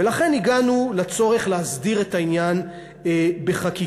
ולכן הגענו לצורך להסדיר את העניין בחקיקה.